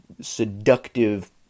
seductive